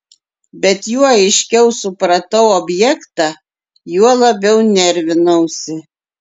bet juo aiškiau supratau objektą juo labiau nervinausi